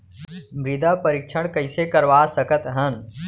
मृदा परीक्षण कइसे करवा सकत हन?